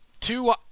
Two